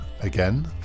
again